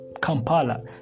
Kampala